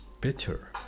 bitter